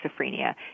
schizophrenia